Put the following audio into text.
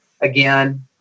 again